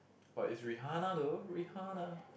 but it's Rihanna though Rihanna